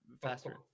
faster